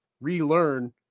relearn